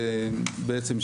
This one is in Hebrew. בעצם,